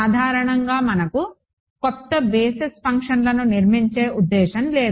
సాధారణంగా మనకు కొత్త బేసిస్ ఫంక్షన్లను నిర్మించే ఉదేశ్యం లేదు